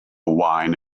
wine